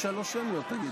הוא עמד שם שעות.